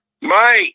Mike